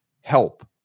help